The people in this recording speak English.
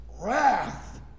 wrath